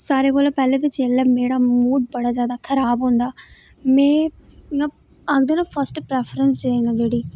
सारें कोला पैह्लें ते जेल्लै मेरा मूड़ बड़ा जैदा खराब होंदा में जि'यां आखदे ना फर्स्ट परैफरऐंस चीज ऐ जेह्ड़ी